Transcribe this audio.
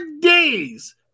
days